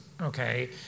okay